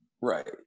right